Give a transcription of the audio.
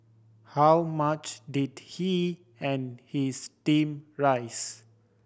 how much did he and his team raise